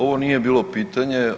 Ovo nije bilo pitanje.